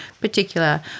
particular